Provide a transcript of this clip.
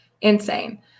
Insane